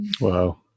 Wow